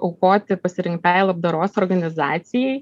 aukoti pasirinktai labdaros organizacijai